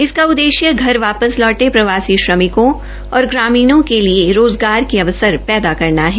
इसका उद्देश्य घर वापस लौटे प्रवासी श्रमिकों और ग्रामीणों के लिए अवसर पैदा करना है